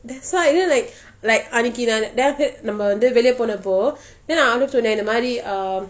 that's why you know like like அன்னக்கி:annakki then after that நம்ம வந்து வெளியே போனபோ நானும் சொன்னேன் இந்த மாதிரி:namma vanthu veliyei ponapo naanum sonnen intha mathiri um